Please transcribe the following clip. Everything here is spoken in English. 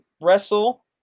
wrestle